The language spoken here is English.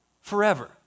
Forever